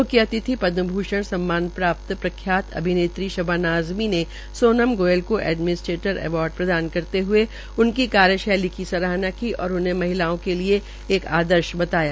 म्ख्य अतिथि पदम भ्षण सम्मान प्राप्त प्रख्यात अभिनेत्री शबाना आज़मी ने सोनम गोयल को एडमिनीस्ट्रेटर अवार्ड प्रदान करते हये उनकी कार्यशैली की सराहना की और उन्हें महिलाओं के लिए एक आदर्श बताया